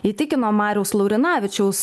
įtikino mariaus laurinavičiaus